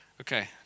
Okay